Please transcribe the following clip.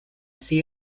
see